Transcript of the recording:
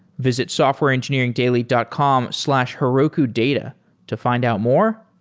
visit softwareengineeringdaily dot com slash herokudata to find out more,